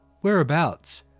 Whereabouts